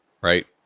right